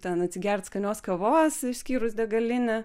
ten atsigert skanios kavos išskyrus degalinę